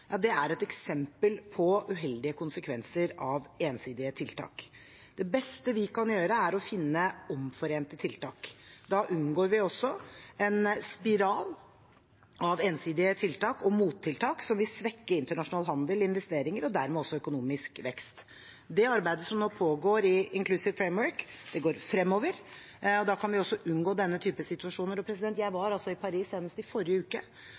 er et eksempel på uheldige konsekvenser av ensidige tiltak. Det beste vi kan gjøre, er å finne omforente tiltak. Da unngår vi også en spiral av ensidige tiltak og mottiltak som vil svekke internasjonal handel, investeringer og dermed økonomisk vekst. Det arbeidet som nå pågår i Inclusive Framework, går fremover, og da kan vi unngå denne type situasjoner. Jeg var i Paris senest i forrige uke